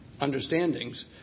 understandings